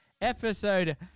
episode